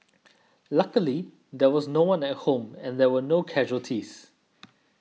luckily there was no one at home and there were no casualties